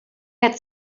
had